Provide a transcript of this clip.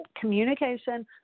communication